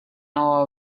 our